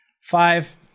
Five